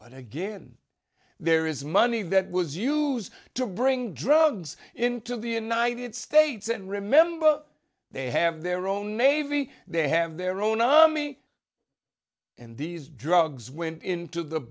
but again there is money that was used to bring drugs into the united states and remember they have their own navy they have their own ami and these drugs went into the